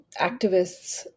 activists